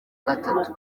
gatatu